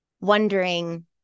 wondering